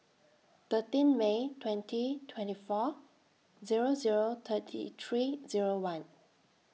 thirteen May twenty twenty four Zero Zero thirty three Zero one